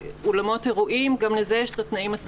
אולמות אירועים גם לזה יש תנאים ספציפיים.